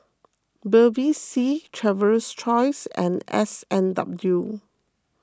Bevy C Traveler's Choice and S and W